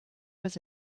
was